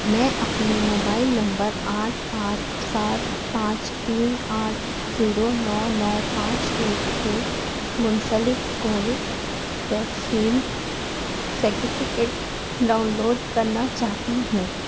میں اپنے mobile number آٹھ پانچ سات پانچ تین آٹھ زیرو نو نو پانچ ایک سے منسلک covid vaccine certificate download کرنا چاہتی ہوں